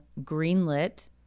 greenlit